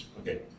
Okay